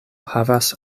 havas